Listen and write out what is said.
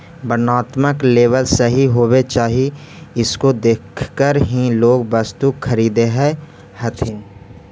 वर्णात्मक लेबल सही होवे चाहि इसको देखकर ही लोग वस्तु खरीदअ हथीन